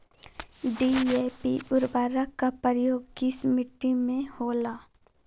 DAP उर्वरक का प्रयोग किस मिट्टी में होला?